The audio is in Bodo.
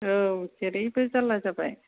औ जेरैबो जारला जाबाय